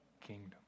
kingdom